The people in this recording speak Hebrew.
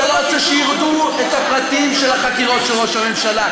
אתה לא רוצה שידעו את הפרטים של החקירות של ראש הממשלה.